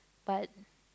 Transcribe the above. but